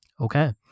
Okay